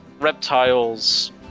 reptiles